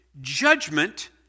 judgment